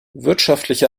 wirtschaftliche